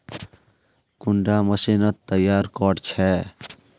कुंडा मशीनोत तैयार कोर छै?